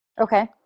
Okay